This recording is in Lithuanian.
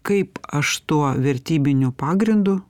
kaip aš tuo vertybiniu pagrindu